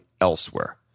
elsewhere